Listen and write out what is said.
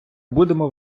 будемо